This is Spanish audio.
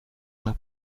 unas